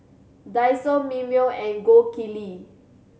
Daiso Mimeo and Gold Kili